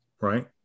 right